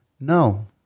No